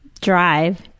drive